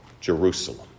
Jerusalem